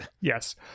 Yes